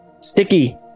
Sticky